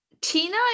tina